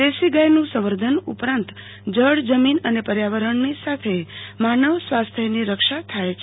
દેશીગાયનું સંવર્ધન ઉપરાંત જળ જમીન અને પયાવરણ ની સાથે માનવ સ્વાસ્થયની રક્ષા થાય છે